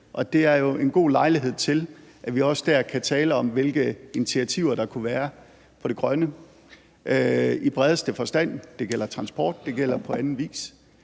også en god lejlighed til, at vi kan tale om, hvilke initiativer der kunne være på det grønne område i bredeste forstand. Det gælder transport, og det